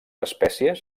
espècies